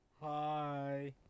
Hi